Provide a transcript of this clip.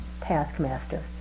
taskmaster